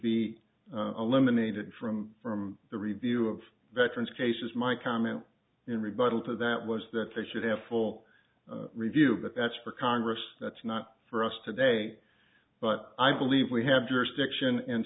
be eliminated from from the review of veterans cases my comment in rebuttal to that was that they should have full review but that's for congress that's not for us today but i believe we have jurisdiction and